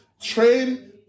trade